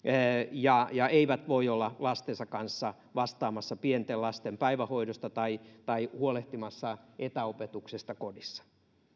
ja ja eivät voi olla lastensa kanssa vastaamassa pienten lasten päivähoidosta tai tai huolehtimassa etäopetuksesta kodissa